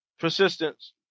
persistence